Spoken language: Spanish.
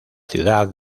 ciudad